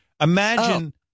Imagine